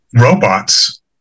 robots